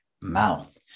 mouth